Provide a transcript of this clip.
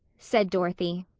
said dorothy.